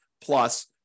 plus